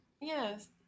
Yes